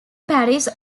paris